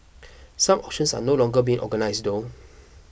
such auctions are no longer being organised though